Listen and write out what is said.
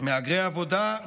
מהגרי עבודה,